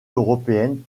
européenne